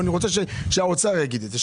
אבל אני רוצה שהאוצר יגיד את זה,